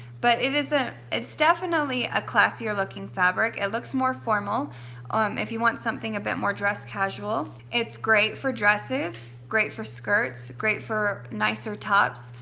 but it isn't, it's definitely a classier looking fabric. it looks more formal um if you want something a bit more dressed casual. it's great for dresses, great for skirts, great for nicer tops.